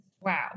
Wow